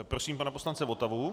Prosím pana poslance Votavu.